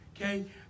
Okay